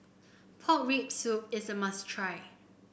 Pork Rib Soup is a must try